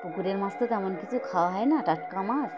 পুকুরের মাছ তো তেমন কিছু খাওয়া হয় না টাটকা মাছ